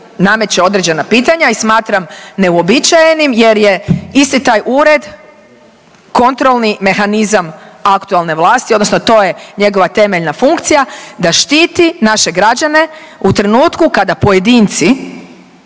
određena pitanja i smatram neuobičajenim jer je isti taj ured kontrolni mehanizam aktualne vlasti, odnosno to je njegova temeljna funkcija da štiti naše građane u trenutku kada pojedinci